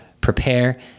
prepare